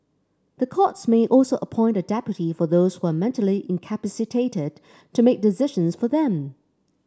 the courts may also appoint a deputy for those who are mentally incapacitated to make decisions for them